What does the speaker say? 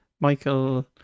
Michael